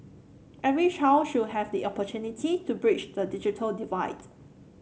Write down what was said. every child should have the opportunity to bridge the digital divide